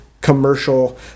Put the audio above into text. commercial